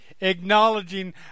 Acknowledging